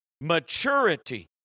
maturity